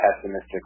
pessimistic